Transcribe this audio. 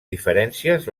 diferències